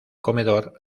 comedor